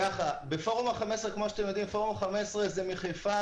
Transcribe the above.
כמו שאתם יודעים פורום ה-15 זה מחיפה